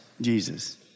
Jesus